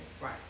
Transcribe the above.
right